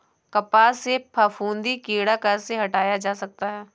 कपास से फफूंदी कीड़ा कैसे हटाया जा सकता है?